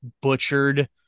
butchered